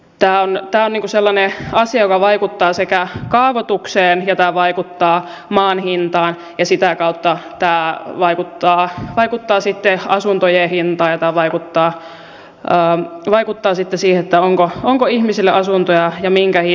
tämä on sellainen asia joka vaikuttaa sekä kaavoitukseen että maan hintaan ja sitä kautta tämä vaikuttaa sitten asuntojen hintaan ja tämä vaikuttaa sitten siihen onko ihmisille asuntoja ja minkä hintaisia